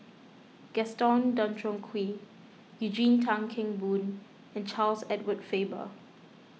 Gaston Dutronquoy Eugene Tan Kheng Boon and Charles Edward Faber